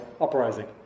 uprising